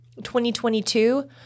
2022